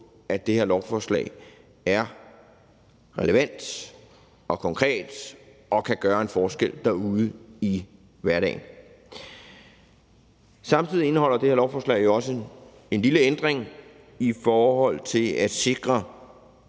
at det her lovforslag er relevant og konkret og kan gøre en forskel derude i hverdagen. Samtidig indeholder det her lovforslag jo også en lille ændring i forhold til at sikre,